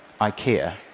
Ikea